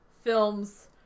films